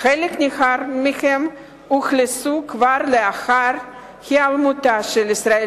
חלק ניכר מהן אוכלסו לאחר היעלמותה של ישראל